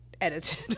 edited